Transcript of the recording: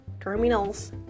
terminals